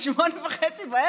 ב-20:30,